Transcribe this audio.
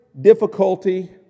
difficulty